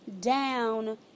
down